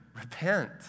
repent